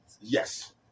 Yes